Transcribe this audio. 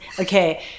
okay